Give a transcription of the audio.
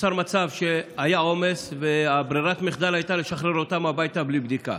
נוצר מצב שהיה עומס וברירת המחדל הייתה לשחרר אותם הביתה בלי בדיקה.